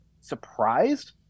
surprised